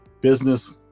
business